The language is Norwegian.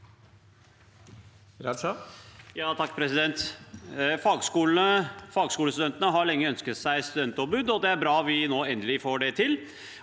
Fagskolestudentene har lenge ønsket seg et studentombud, og det er bra at vi nå endelig får det til.